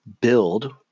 build